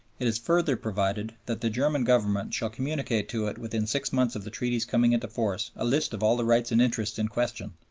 it is further provided that the german government shall communicate to it within six months of the treaty's coming into force a list of all the rights and interests in question,